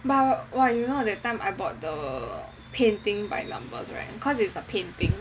but !wah! you know that time I bought the painting by numbers right because it's the painting